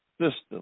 system